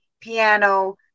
piano